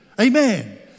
Amen